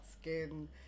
skin